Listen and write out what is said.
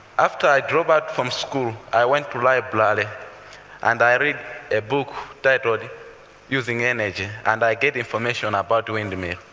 after i dropped out of school, i went to library, and i read a book that would using energy, and i get information about doing the mill.